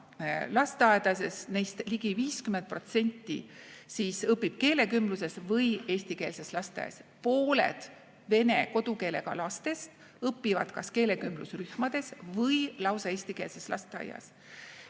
lasteaeda, neist ligi 50% õpib keelekümbluses või eestikeelses lasteaias. Ehk pooled vene kodukeelega lastest õpivad kas keelekümblusrühmades või lausa eestikeelses lasteaias.